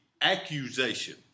accusation